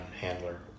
handler